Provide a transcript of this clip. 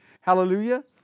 Hallelujah